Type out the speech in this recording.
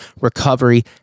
recovery